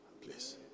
Please